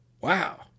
wow